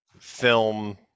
film